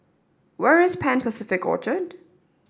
where is Pan Pacific Orchard